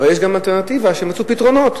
אבל יש גם אלטרנטיבה, שמצאו פתרונות,